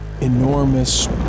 enormous